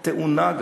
גם טעונה,